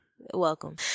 welcome